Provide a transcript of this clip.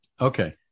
Okay